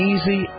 Easy